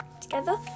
Together